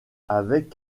avec